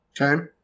Okay